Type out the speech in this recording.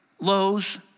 Lowe's